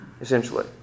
essentially